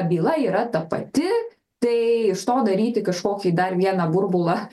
byla yra ta pati tai iš to daryti kažkokį dar vieną burbulą